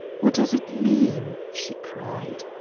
what does it mean? she cried.